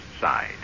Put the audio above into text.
side